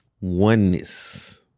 Oneness